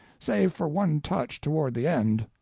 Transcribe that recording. save for one touch toward the end.